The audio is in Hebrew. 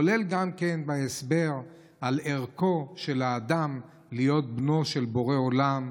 כולל גם את ההסבר על ערכו של אדם להיות בנו של בורא עולם,